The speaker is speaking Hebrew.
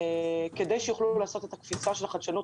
כדי שיוכלו לעשות את הקפיצה של החדשנות.